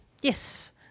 Yes